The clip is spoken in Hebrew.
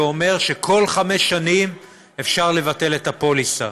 שאומר שכל חמש שנים אפשר לבטל את הפוליסה,